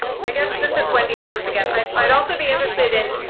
i guess, this is wendy adams, again. i'd also be interested in